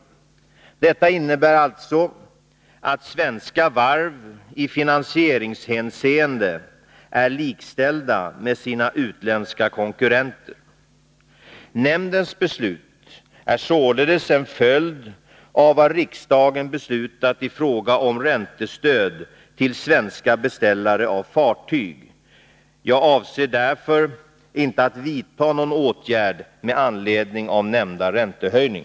Detta innebär alltså att svenska varv i finansieringshänseende är likställda med sina utländska konkurrenter. Nämndens beslut är således en följd av vad riksdagen beslutat i fråga om räntestöd till svenska beställare av fartyg. Jag avser därför inte att vidta någon åtgärd med anledning av nämnda räntehöjning.